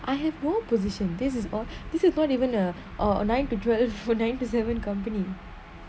I have more position this is all this is not even a or a nine to seven nine to seven company